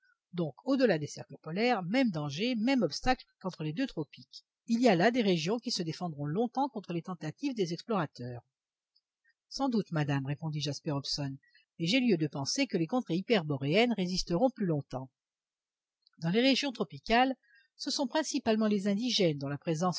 donc au-delà des cercles polaires mêmes dangers mêmes obstacles qu'entre les deux tropiques il y a là des régions qui se défendront longtemps contre les tentatives des explorateurs sans doute madame répondit jasper hobson mais j'ai lieu de penser que les contrées hyperboréennes résisteront plus longtemps dans les régions tropicales ce sont principalement les indigènes dont la présence